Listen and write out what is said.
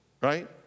right